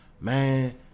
man